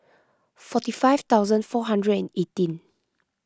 forty five thousand four hundred and eighteen